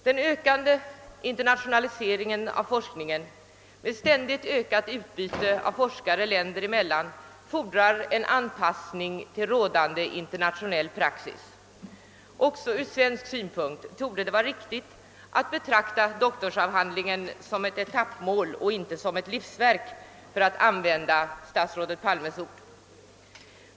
Den ökande internationaliseringen av forskningen med ständigt ökat utbyte av forskare länder emellan fordrar en anpassning till rådande internationell praxis. Också ur svensk synpunkt torde det vara riktigt att betrakta doktorsavhandlingen som ett etappmål och inte som ett livsverk, för att använda statsrådet Palmes ord.